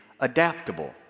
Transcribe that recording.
adaptable